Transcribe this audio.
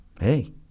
hey